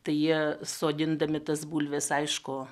tai jie sodindami tas bulves aišku